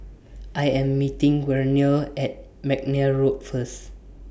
I Am meeting Werner At Mcnair Road First